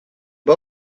can